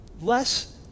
less